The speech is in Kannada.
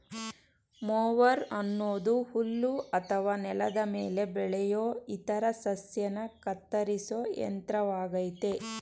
ಮೊವರ್ ಅನ್ನೋದು ಹುಲ್ಲು ಅಥವಾ ನೆಲದ ಮೇಲೆ ಬೆಳೆಯೋ ಇತರ ಸಸ್ಯನ ಕತ್ತರಿಸೋ ಯಂತ್ರವಾಗಯ್ತೆ